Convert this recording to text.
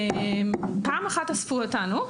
פעם אחת אספו אותנו,